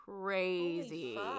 crazy